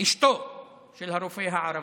אשתו של הרופא הערבי.